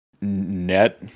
net